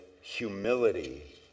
humility